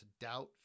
doubt